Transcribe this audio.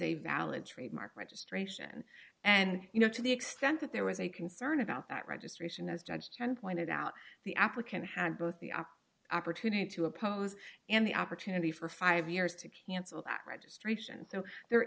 a valid trademark registration and you know to the extent that there was a concern about that registration as judge ken pointed out the applicant had both the op opportunity to oppose and the opportunity for five years to cancel out registration so there